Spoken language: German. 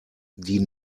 die